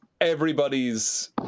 everybody's